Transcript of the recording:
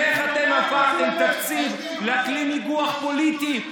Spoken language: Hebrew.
ואיך אתם הפכתם את התקציב לכלי ניגוח פוליטי.